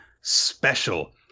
special